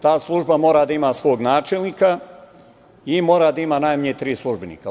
Ta služba mora da ima svog načelnika i mora da ima najmanje tri službenika.